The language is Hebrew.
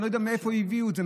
אני לא יודע מאיפה הביאו את זה,